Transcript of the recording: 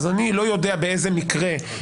אני לא יודע באיזה מקרה.